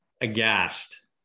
aghast